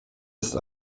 ist